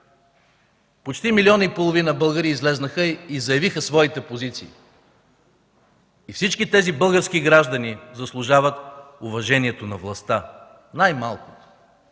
Почти милион и половина българи излязоха и заявиха своите позиции. Всички тези български граждани заслужават уважението на властта – най-малкото.